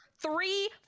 three